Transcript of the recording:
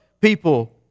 people